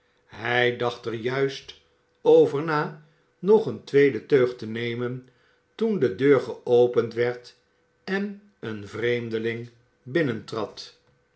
hij dacht er juist over na nog eene tweede teug i te nemen toen de deur geopend werd en een j vreemdeling